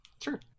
Sure